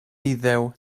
iddew